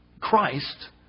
Christ